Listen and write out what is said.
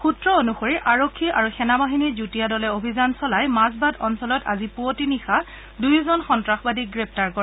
সুত্ৰ অনুসৰি আৰক্ষী আৰু সেনাবাহিনীৰ যুটীয়া দলে অভিযান চলাই মাজবাট অঞ্চলত আজি পুৰতি নিশা দুয়োজন সন্নাসবাদীক গ্ৰেপ্তাৰ কৰে